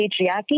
patriarchy